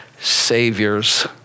Savior's